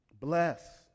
bless